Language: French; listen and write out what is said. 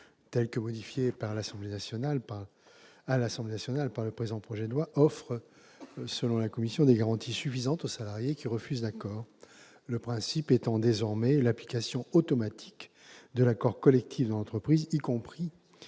qu'il a été modifié à l'Assemblée nationale par le présent projet de loi, offre, selon la commission, des garanties suffisantes aux salariés qui refusent l'accord. Le principe étant désormais l'application automatique de l'accord collectif dans l'entreprise, y compris